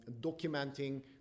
documenting